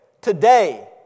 Today